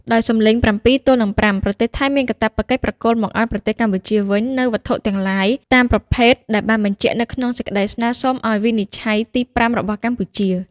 ដោយសំឡេង៧ទល់នឹង៥ ប្រទេសថៃមានកាតព្វកិច្ចប្រគល់មកឱ្យប្រទេសកម្ពុជាវិញ នូវវត្ថុទាំងឡាយ តាមប្រភេទដែលបានបញ្ជាក់នៅក្នុងសេចក្ដីស្នើសុំឱ្យវិនិច្ឆ័យទី៥របស់កម្ពុជា។